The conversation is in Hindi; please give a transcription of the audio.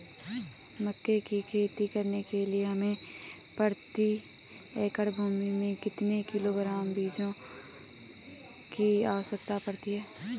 मक्का की खेती करने के लिए हमें प्रति एकड़ भूमि में कितने किलोग्राम बीजों की आवश्यकता पड़ती है?